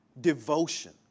Devotion